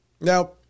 Now